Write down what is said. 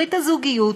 ברית הזוגיות,